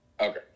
Okay